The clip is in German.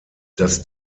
das